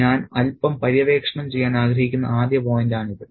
ഞാൻ അൽപ്പം പര്യവേക്ഷണം ചെയ്യാൻ ആഗ്രഹിക്കുന്ന ആദ്യ പോയിന്റാണിത്